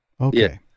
Okay